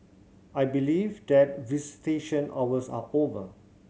I believe that visitation hours are over